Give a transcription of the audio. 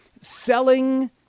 selling